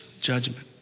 judgment